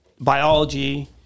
Biology